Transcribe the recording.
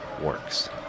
works